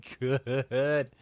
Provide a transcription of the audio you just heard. good